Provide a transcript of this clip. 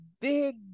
big